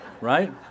Right